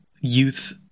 youth